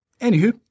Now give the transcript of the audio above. Anywho